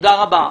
תודה רבה.